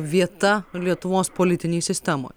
vieta lietuvos politinėj sistemoj